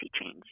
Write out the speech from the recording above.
change